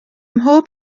mhob